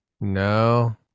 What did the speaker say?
no